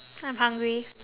I'm hungry